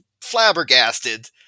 flabbergasted